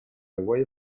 away